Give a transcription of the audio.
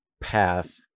path